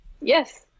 Yes